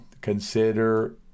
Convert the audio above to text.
consider